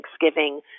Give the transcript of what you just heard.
Thanksgiving